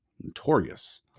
notorious